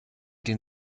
den